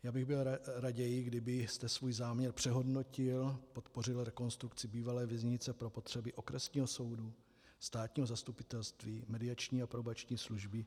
Byl bych raději, kdybyste svůj záměr přehodnotil, podpořil rekonstrukci bývalé věznice pro potřeby okresního soudu, státního zastupitelství, mediační a probační služby.